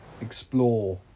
explore